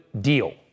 deal